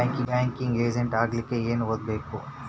Banking agent ಆಗ್ಲಿಕ್ಕೆ ಏನ್ ಓದ್ಬೇಕು?